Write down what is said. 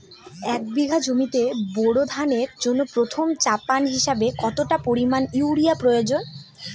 এক বিঘা জমিতে বোরো ধানের জন্য প্রথম চাপান হিসাবে কতটা পরিমাণ ইউরিয়া প্রয়োজন?